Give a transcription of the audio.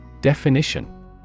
Definition